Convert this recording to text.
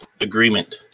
Agreement